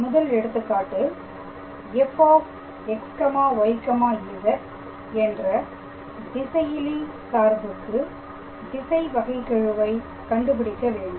முதல் எடுத்துக்காட்டு fxyz என்ற திசையிலி சார்புக்கு திசை வகைகெழுவை கண்டுபிடிக்க வேண்டும்